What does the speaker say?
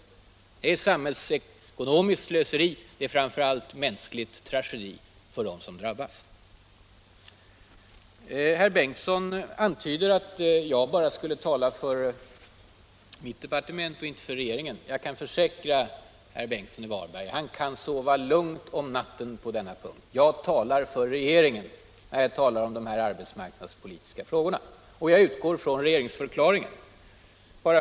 Det är samhällsekonomiskt slöseri. Det är framför allt en mänsklig tragedi för dem som drabbas. Herr Bengtsson antyder att jag bara skulle tala för mitt parti och inte för regeringen. Jag kan försäkra herr Bengtsson i Varberg att han kan sova lugnt om natten. Jag talar för regeringen och jag utgår från regeringsförklaringen.